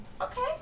Okay